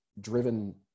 driven